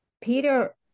Peter